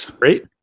right